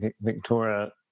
Victoria